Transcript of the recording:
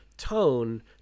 tone